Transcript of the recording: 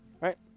Right